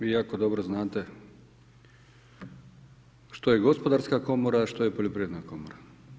Vi jako dobro znate što je gospodarska komora, a što je poljoprivredna komora.